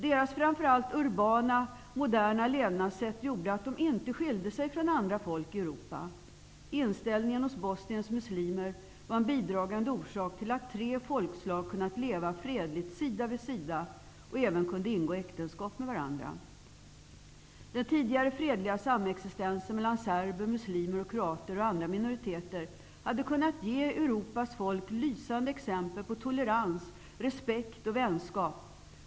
Deras framför allt urbana moderna levnadssätt gjorde att de inte skilde sig från andra folk i Europa. Inställningen hos Bosniens muslimer var en bidragande orsak till att personer från tre folkslag kunnat leva fredligt sida vid sida och även kunde ingå äktenskap med varandra. Den tidigare fredliga samexistensen mellan serber, muslimer, kroater och andra minoriteter hade kunnat ge Europas folk lysande exempel på tolerans, respekt och vänskap.